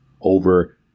over